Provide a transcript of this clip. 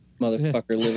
motherfucker